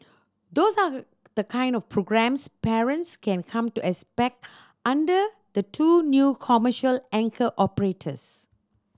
those are the kind of programmes parents can come to expect under the two new commercial anchor operators